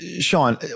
Sean